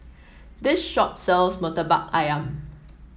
this shop sells Murtabak ayam